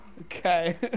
Okay